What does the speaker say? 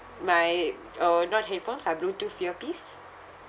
my or not headphones lah bluetooth earpiece